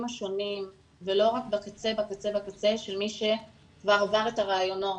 השונים ולא רק בקצה בקצה בקצה של מי שכבר עבר את הריאיונות,